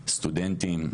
סטודנטים,